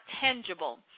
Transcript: tangible